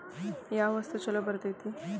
ಯಾವ ವಸ್ತು ಛಲೋ ಬರ್ತೇತಿ?